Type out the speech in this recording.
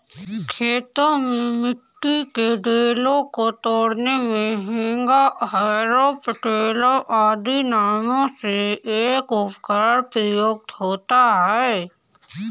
खेतों में मिट्टी के ढेलों को तोड़ने मे हेंगा, हैरो, पटेला आदि नामों से एक उपकरण प्रयुक्त होता है